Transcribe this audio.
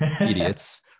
Idiots